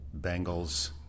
Bengals